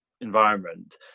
environment